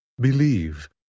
Believe